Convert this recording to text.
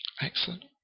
Excellent